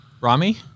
Rami